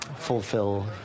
fulfill